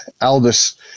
Albus